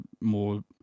more